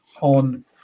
on